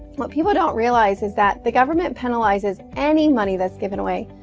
what people don't realize is that the government penalizes any money that's given away.